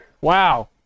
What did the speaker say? Wow